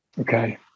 Okay